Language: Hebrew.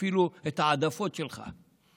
ואפילו את ההעדפות שלך,